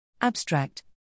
Abstract